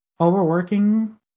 overworking